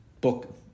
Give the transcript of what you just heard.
book